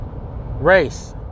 Race